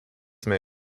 may